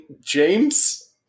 James